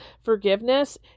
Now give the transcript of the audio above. Forgiveness